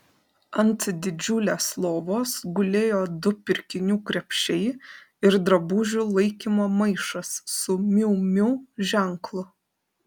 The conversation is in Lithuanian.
ant didžiulės lovos gulėjo du pirkinių krepšiai ir drabužių laikymo maišas su miu miu ženklu